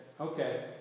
okay